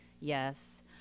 yes